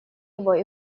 его